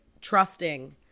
trusting